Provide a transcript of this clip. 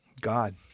God